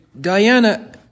Diana